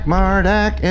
Mardak